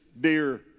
dear